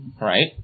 Right